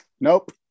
nope